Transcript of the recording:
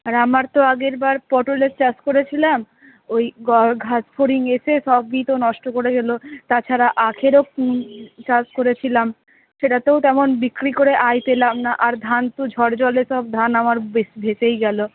আর আমার তো আগেরবার পটলের চাষ করেছিলাম ওই ঘাসফড়িং এসে সবই তো নষ্ট করে গেলো তাছাড়া আখেরও চাষ করেছিলাম সেটাতেও তেমন বিক্রি করে আয় পেলাম না আর ধান তো ঝড় জলে সব ধান আমার ভেসেই গেলো